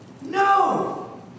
No